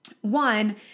One